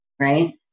Right